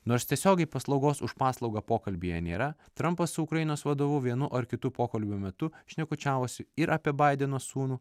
nors tiesiogiai paslaugos už paslaugą pokalbyje nėra trampas su ukrainos vadovu vienu ar kitu pokalbio metu šnekučiavosi ir apie baideno sūnų